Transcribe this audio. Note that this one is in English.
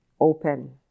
open